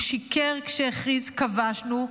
הוא שיקר כשהכריז: כבשנו,